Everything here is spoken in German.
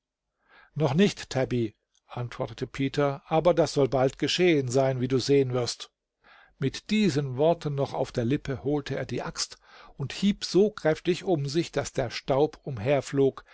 noch nicht tabby antwortete peter aber das soll bald geschehen sein wie du sehen wirst mit diesen worten noch auf der lippe holte er die axt und hieb so kräftig um sich daß der staub umher